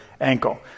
ankle